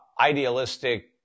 idealistic